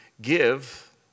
give